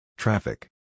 Traffic